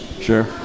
Sure